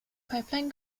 pipeline